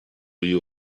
you